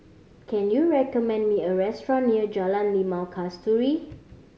can you recommend me a restaurant near Jalan Limau Kasturi